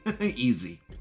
Easy